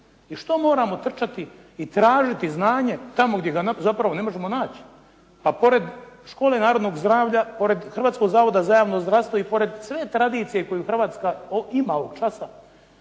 I što moramo trčati i tražiti znanje tamo gdje ga zapravo ne možemo naći? Pa pored škole "Narodnog zdravlja", pored Hrvatskog zavoda za javno zdravstvo i pored sve tradicije koju Hrvatska ima ovog časa